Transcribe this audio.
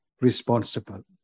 responsible